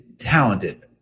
Talented